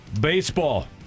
baseball